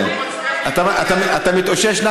אני לא מצליח להתרגז.